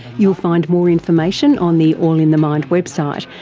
you'll find more information on the all in the mind website,